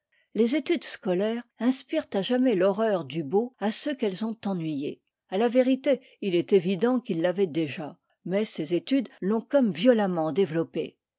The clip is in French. les études scolaires inspirent à jamais l'horreur du beau à ceux qu'elles ont ennuyés à la vérité il est évident qu'ils l'avaient déjà mais ces études l'ont comme violemment développée